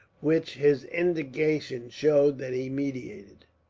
which his indignation showed that he meditated.